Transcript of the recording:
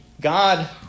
God